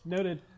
Noted